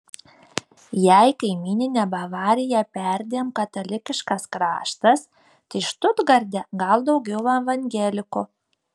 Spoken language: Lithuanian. jei kaimyninė bavarija perdėm katalikiškas kraštas tai štutgarte gal daugiau evangelikų